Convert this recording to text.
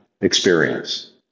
experience